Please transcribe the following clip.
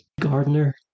Gardner